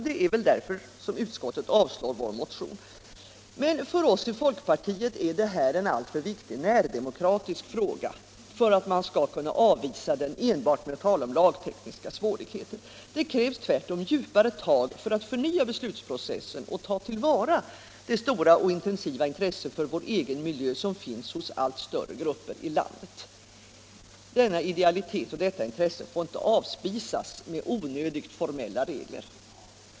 Det är väl därför som utskottet avstyrker vår motion. Men för oss i folkpartiet är det en alltför viktig närdemokratisk fråga för att man skall Nr 13 kunna avvisa den enbart med att CR om lagtekniska svårigheter. Det Torsdagen den krävs tvärtom djupare tag för att förnya beslutsprocessen och ta till vara 30 oktober 1975 det stora och intensiva intresse för vår egen miljö som finns hos allt större grupper i landet. Denna idealitet och detta intresse får inte avspisas Översyn och med onödigt formella regler.